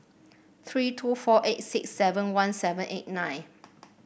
three two four eight six seven one seven eight nine